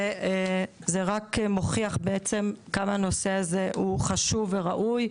וזה רק מוכיח בעצם כמה הנושא הזה הוא חשוב וראוי,